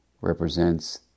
represents